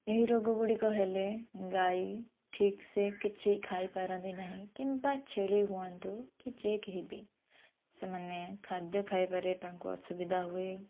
ଏହି ରୋଗଗୁଡ଼ିକ ହେଲେ ଗାଈ ଠିକ୍ସେ କିଛି ଖାଇପାରନ୍ତି ନାହିଁକି କିମ୍ବା ଛେଳି ହୁଅନ୍ତୁ କି ଯେ କେହିବି ସେମାନେ ଖାଦ୍ୟ ଖାଇବାରେ ତାଙ୍କୁ ଅସୁବିଧା ହୁଏ